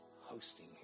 hosting